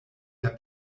der